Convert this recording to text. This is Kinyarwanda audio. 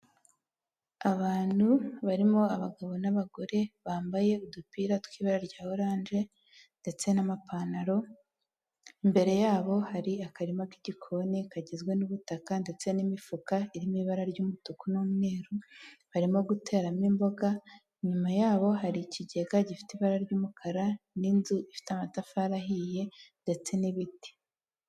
Abantu barimo abagabo n'abagore bambaye udupira tw'ibara rya oranje ndetse n'amapantaro, imbere yabo hari akarima k'igikoni kagizwe n'ubutaka ndetse n'imifuka irimo ibara ry'umutuku n'umweru, barimo guteramo imboga, inyuma yabo hari ikigega gifite ibara ry'umukara n'inzu ifite amatafari ahiye ndetse n'ibiti.